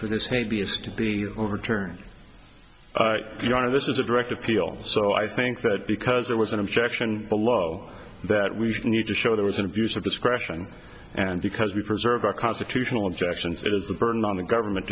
for this maybe is to be overturned you are this is a direct appeal so i think that because there was an objection below that we need to show there was an abuse of discretion and because we preserve our constitutional objections it is a burden on the government